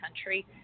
country